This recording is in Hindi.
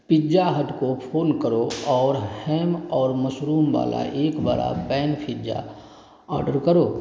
पिज़्ज़ा हट को फोन करो और हैम और मशरूम वाला एक बड़ा पैन पिज़्ज़ा ऑर्डर करो